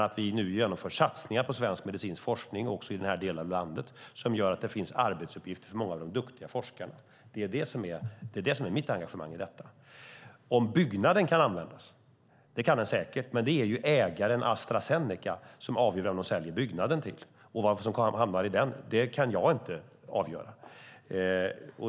Att vi nu genomför satsningar på svensk medicinsk forskning också i den här delen av landet som gör att det finns arbetsuppgifter för många av de duktiga forskarna är det som är mitt engagemang i detta. Om byggnaden kan användas - det kan den säkert, men det är ju ägaren Astra Zeneca som avgör vem de säljer byggnaden till. Och vad som hamnar i den kan jag inte avgöra.